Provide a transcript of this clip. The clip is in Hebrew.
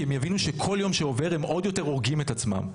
כי הם יבינו שכל יום שעובר הם עוד יותר הורגים את עצמם,